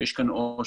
שיש כאן עושק,